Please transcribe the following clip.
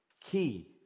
key